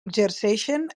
exerceixen